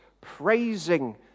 praising